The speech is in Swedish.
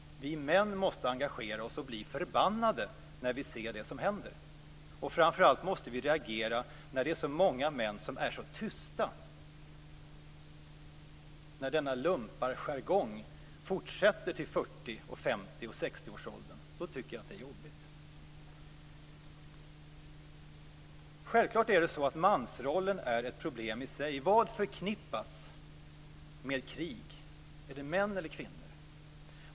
Vi män måste engagera oss och bli förbannade när vi ser det som händer. Framför allt måste vi reagera när det är så många män som är så tysta. När denna lumparjargong fortsätter upp i 40-, 50 och 60-årsåldern tycker jag att det är jobbigt. Självklart är mansrollen ett problem i sig. Vad förknippas med krig? Är det män eller kvinnor?